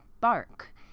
Bark